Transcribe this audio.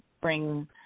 bring